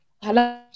Hello